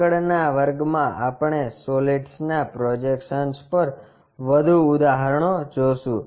આગળના વર્ગમાં આપણે સોલિડ્સના આ પ્રોજેક્શન પર વધુ ઉદાહરણો જોશું